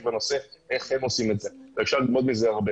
בנושא ולספר איך הם עושים את זה ואפשר ללמוד מזה הרבה.